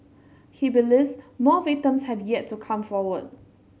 he believes more victims have yet to come forward